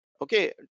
okay